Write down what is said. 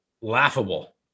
laughable